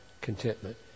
contentment